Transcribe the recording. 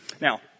Now